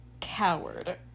Coward